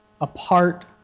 apart